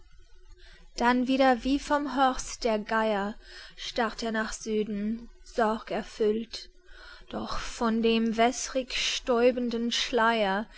dann wieder wie vom horst der geier starrt er nach süden sorgerfüllt doch von dem wässrig stäubenden schleier